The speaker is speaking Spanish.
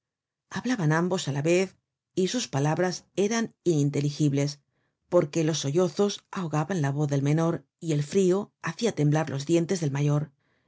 hablaban ambos á la vez y sus palabras eran ininteligibles porque los sollozos ahogaban la voz del menor y el frio hacia temblar los dientes del mayor